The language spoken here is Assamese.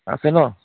আছে ন